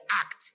act